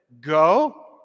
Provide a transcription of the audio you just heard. Go